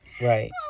right